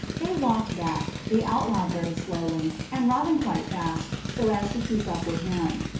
they walked back, the outlaw very slowly, and robin quite fast so as to keep up with him.